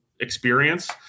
experience